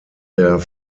der